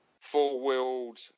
four-wheeled